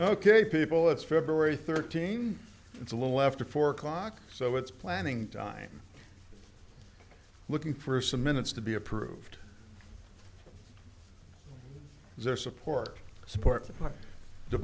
ok people it's february thirteenth it's a little after four o'clock so it's planning time looking for some minutes to be approved there support support